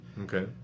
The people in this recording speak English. Okay